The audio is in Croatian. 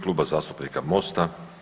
Kluba zastupnika Mosta.